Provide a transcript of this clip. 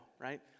right